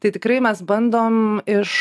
tai tikrai mes bandom iš